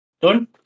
Done